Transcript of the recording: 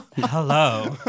hello